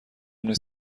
نیز